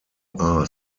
are